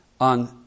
on